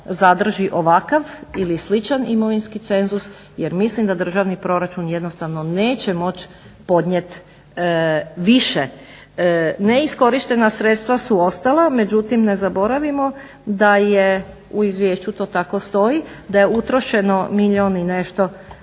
zadrži ovakav ili sličan imovinski cenzus jer mislim da državni proračun jednostavno neće moći podnijet više. Neiskorištena sredstva su ostala, međutim ne zaboravimo da je, u izvješću to tako stoji, da je utrošeno milijun i nešto,